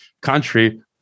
country